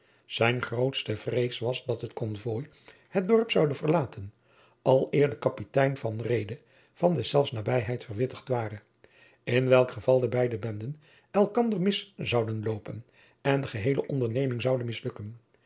zijne grootste vrees was dat het konvooi het dorp zoude verlaten aleer de kapitein van reede van deszelfs nabijheid verwittigd ware in welk geval de beide benden elkander mis zouden loopen en de geheele onderneming zoude mislukken